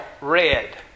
red